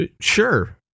Sure